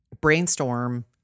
brainstorm